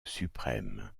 suprême